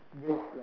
just like